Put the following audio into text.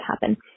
happen